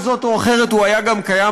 בצורה כזאת או אחרת הוא היה גם קיים